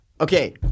Okay